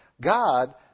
God